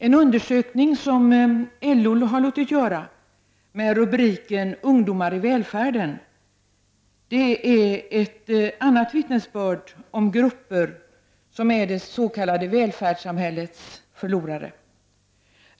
En undersökning som LO har låtit göra med rubriken ”Ungdomar i välfärden” är ett annat vittnesbörd om grupper som är det s.k. välfärdssamhällets förlorare.